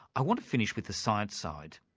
i want to finish with the science side.